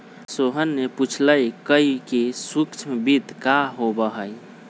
सोहन ने पूछल कई कि सूक्ष्म वित्त का होबा हई?